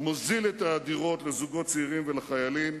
מוזיל את הדירות לזוגות צעירים ולחיילים,